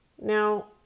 Now